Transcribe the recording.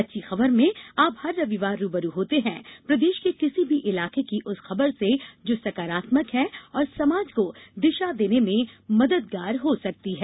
अच्छी खबर में आप हर रविवार रूबरू होते हैं प्रदेश के किसी भी इलाके की उस खबर से जो सकारात्मक है और समाज को दिशा देने में मददगार हो सकती है